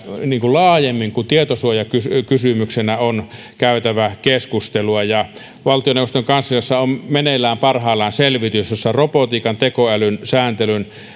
laajemmin kuin tietosuojakysymyksenä on käytävä keskustelua valtioneuvoston kansliassa on meneillään parhaillaan selvitys jossa otsikkona on robotiikan ja tekoälyn sääntelyn ja